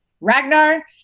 Ragnar